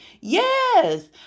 Yes